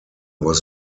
was